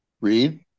Read